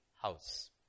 house